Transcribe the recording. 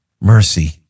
mercy